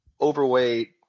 Overweight